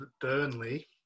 Burnley